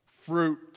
Fruit